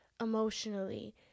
emotionally